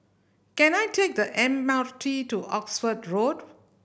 can I take the M R T to Oxford Road